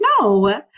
No